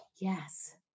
Yes